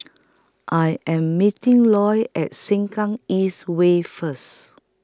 I Am meeting Loy At Sengkang East Way First